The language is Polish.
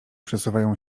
przesuwają